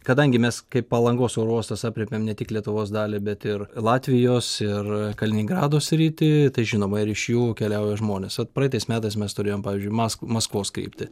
kadangi mes kaip palangos oro uostas aprėpiam ne tik lietuvos dalį bet ir latvijos ir kaliningrado sritį tai žinoma ir iš jų keliauja žmonės vat praeitais metais mes turėjom pavyzdžiui mas maskvos kryptį